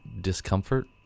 discomfort